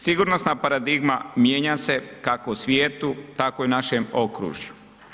Sigurnosna paradigma mijenja se, kako u svijetu, tako i u našem okružju.